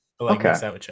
Okay